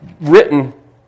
written